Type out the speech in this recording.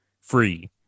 free